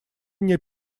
мне